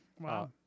Wow